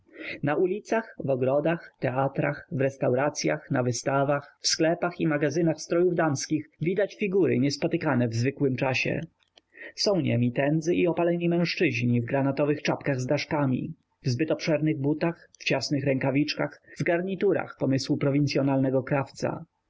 na ulicach w ogrodach teatrach w restauracyach na wystawach w sklepach i magazynach strojów damskich widać figury niespotykane w zwykłym czasie są niemi tędzy i opaleni mężczyźni w granatowych czapkach z daszkami w zbyt obszernych butach w ciasnych rękawiczkach w garniturach pomysłu prowincyonalnego krawca